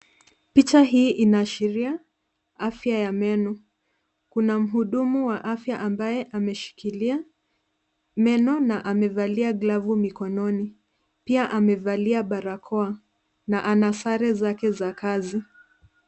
Picha hii inaashiria afya ya meno, kuna mhudumu wa afya ambaye ameshikilia meno na amevalia glovu mikononi. Pia amevalia barakoa na ana sare zake za kazi.